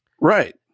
Right